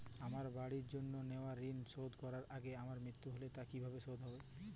আমার বাড়ির জন্য নেওয়া ঋণ শোধ করার আগে আমার মৃত্যু হলে তা কে কিভাবে শোধ করবে?